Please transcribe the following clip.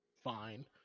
fine